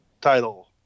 title